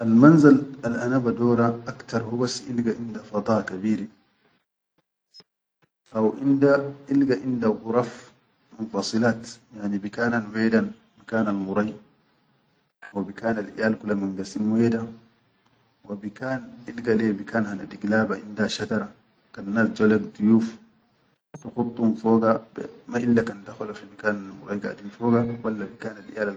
Almanzal albadora aktar inda hubas ilga inda fadaa kabire haw inda ilga inda quraf minfasilaat yani bikanna wedan, bi kanal murais wa bi kanal iʼyal kula min gasim weda, wa bikan ilga le bikan hana digilaba inda shadara kan nas jo lek duyuf tukhuddum foga ma illa kan dakhalo fi bikanal murai gadin foga.